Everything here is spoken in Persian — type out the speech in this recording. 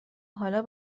حالا